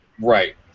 Right